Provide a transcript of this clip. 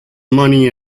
money